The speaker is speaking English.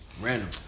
Random